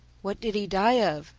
what did he die of?